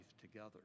together